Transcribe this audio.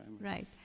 Right